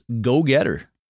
go-getter